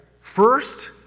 first